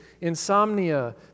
insomnia